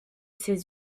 ses